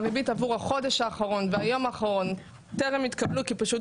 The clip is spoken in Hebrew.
הריבית עבור החודש האחרון והיום האחרון טרם התקבלו כי פשוט